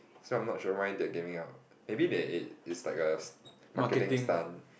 so I'm not sure why they are giving out maybe they it's like a marketing stunt